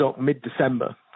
mid-December